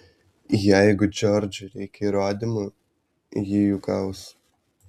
jeigu džordžui reikia įrodymų ji jų gaus